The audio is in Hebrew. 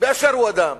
באשר הוא אדם.